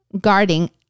guarding